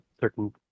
certain